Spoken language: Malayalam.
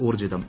ഊർജ്ജിതം